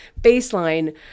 baseline